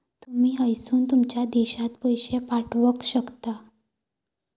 तुमी हयसून तुमच्या देशात पैशे पाठवक शकता